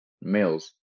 males